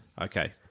Okay